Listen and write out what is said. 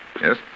Yes